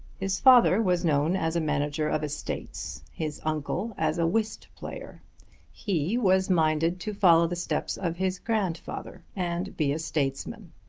his father was known as a manager of estates his uncle as a whist-player he was minded to follow the steps of his grandfather and be a statesman.